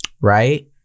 right